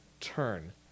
turn